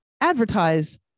advertise